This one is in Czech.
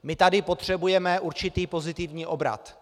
My tady potřebujeme určitý pozitivní obrat.